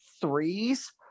threes